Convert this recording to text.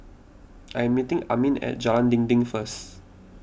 I am meeting Armin at Jalan Dinding first